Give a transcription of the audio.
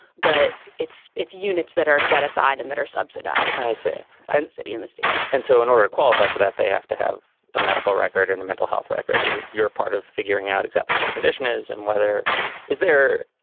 but it's it's units that are set aside and that are subsidized. i say but city in the state and so in order to qualify for that, they have to have a medical record and a mental health record. and you're a part of figuring out exactly what their condition is and whether is there.